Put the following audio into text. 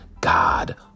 God